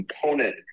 component